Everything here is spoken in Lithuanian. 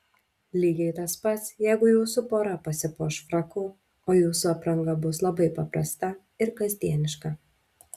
lygiai tas pats jeigu jūsų pora pasipuoš fraku o jūsų apranga bus labai paprasta ir kasdieniška